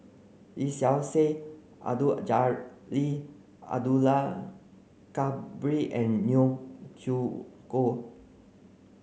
Lee Seow Ser Abdul Jalil Abdul Kadir and Neo Chwee Kok